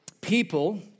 people